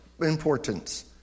importance